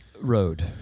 Road